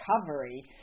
recovery